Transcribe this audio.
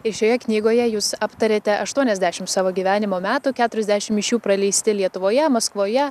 ir šioje knygoje jūs aptarėte aštuoniasdešimt savo gyvenimo metų keturiasdešim iš jų praleisti lietuvoje maskvoje